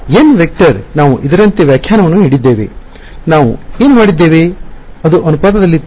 nˆ ನಾವು ಇದರಂತೆ ವ್ಯಾಖ್ಯಾನವನ್ನು ನೀಡಿದ್ದೇವೆ ನಾವು ಏನು ಮಾಡಿದ್ದೇವೆ ಅದು ಅನುಪಾತದಲ್ಲಿತ್ತು